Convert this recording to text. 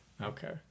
Okay